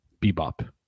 Bebop